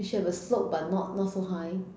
you should have a slope but not not so high